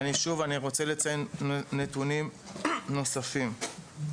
אני רוצה לציין נתונים נוספים.